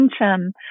attention